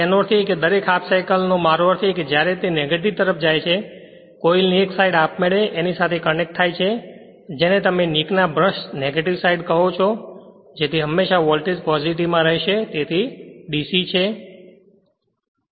તેનો અર્થ એ કે દરેક હાફ સાઇકલ નો મારો અર્થ એ છે કે જ્યારે તે નેગેટિવ તરફ જાય છે કે કોઇલની એક સાઈડ આપમેળે એની સાથે કનેક્ટ થાય છે જેને તમે નિકના બ્રશ નેગેટિવ સાઇડ કહો છો જેથી હંમેશા વોલ્ટેજ પોઝિટિવમાં રહેશે તેથી DC છે